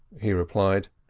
he replied.